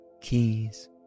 keys